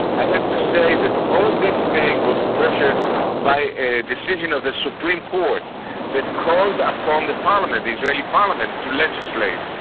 i have to say that all this thing was pressured by a decision of the supreme court that called upon um the parliament, the israeli parliament, to legislate,